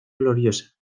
gloriosa